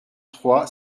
trois